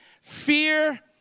fear